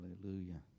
Hallelujah